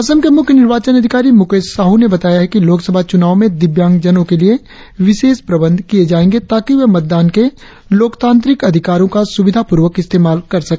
असम के मुख्य निर्वाचन अधिकारी मुकेश साहू ने बताया है कि लोकसभा चूनाव में दिव्यांगजनों के लिए विशेष प्रबंध किये जायेंगे ताकि वे मतदान के लोकतांत्रिक अधिकार का सुविधापूर्वक इस्तेमाल कर सके